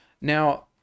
Now